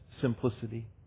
simplicity